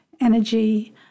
energy